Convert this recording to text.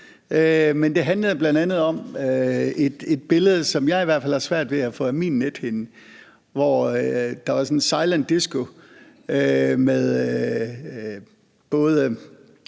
Men det handlede bl.a. om et billede, som jeg i hvert fald har svært ved at få af min nethinde, hvor der var sådan et silent disco med både